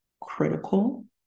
critical